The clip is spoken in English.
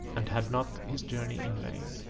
and had not his journey in vain.